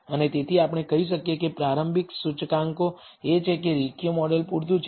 અને તેથી આપણે કહી શકીએ કે પ્રારંભિક સૂચકાંકો એ છે કે રેખીય મોડેલ પૂરતું છે